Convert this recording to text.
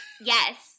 Yes